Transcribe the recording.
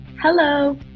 Hello